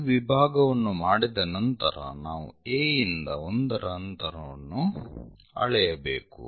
ಈ ವಿಭಾಗವನ್ನು ಮಾಡಿದ ನಂತರ ನಾವು A ಇಂದ 1 ರ ಅಂತರವನ್ನು ಅಳೆಯಬೇಕು